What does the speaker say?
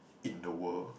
in the world